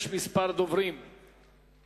יש כמה חברים שביקשו